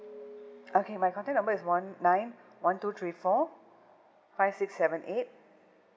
okay my contact number is one nine one two three four five six seven eight